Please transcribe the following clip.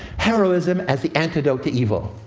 heroism as the antidote to evil,